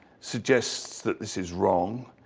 suggests that this is wrong.